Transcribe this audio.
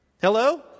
Hello